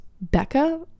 becca